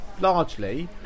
largely